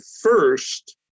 first